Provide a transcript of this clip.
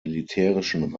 militärischen